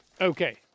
Okay